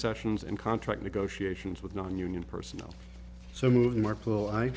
sessions and contract negotiations with nonunion personnel so